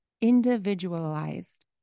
individualized